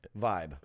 vibe